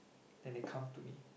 then they come to me